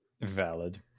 Valid